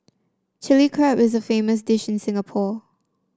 Chilli Crab is a famous dish in Singapore